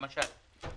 למשל.